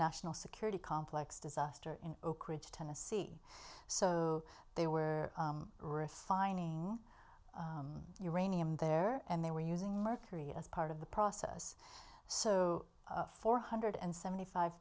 national security complex disaster in oak ridge tennessee so they were refining uranium there and they were using mercury as part of the process so four hundred and seventy five